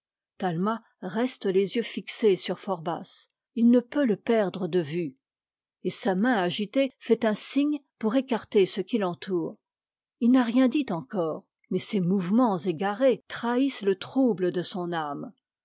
reste les yeux fixés sur phorbas il ne peut le perdre de vue et sa main agitée fait un signe pour écarter ce qui l'entoure il n'a rien dit encore mais ses mouvements égarés trahissent le trouble de son âme